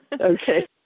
Okay